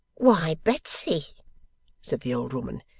why, betsy said the old woman,